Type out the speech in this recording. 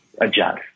adjust